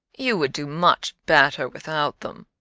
you would do much better without them.